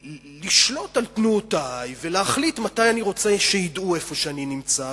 לשלוט על תנועותי ולהחליט מתי אני רוצה שידעו איפה אני נמצא,